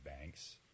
banks